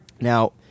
Now